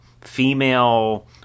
female